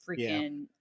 freaking